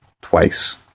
twice